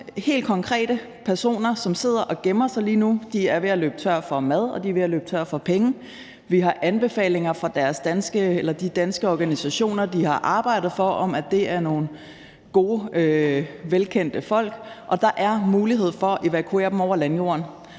helt konkrete personer, som sidder og gemmer sig lige nu. De er ved at løbe tør for mad, og de er ved at løbe tør for penge. Vi har anbefalinger fra de danske organisationer, de har arbejdet for, om, at det er nogle gode velkendte folk. Og der er mulighed for at evakuere dem over landjorden.